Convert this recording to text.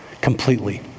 completely